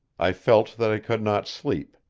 i felt that i could not sleep,